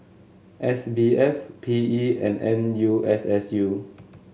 S B F P E and N U S S U